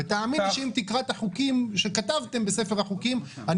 ותאמין לי שאם תקרא את החוקים שכתבתם בספר החוקים אני